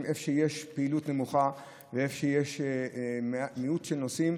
איפה שיש פעילות נמוכה ואיפה שיש מיעוט של נוסעים.